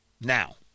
Now